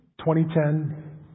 2010